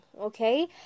okay